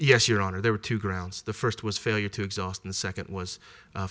yes your honor there were two grounds the first was failure to exhaust and second was